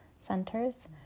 centers